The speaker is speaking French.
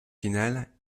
finale